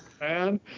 man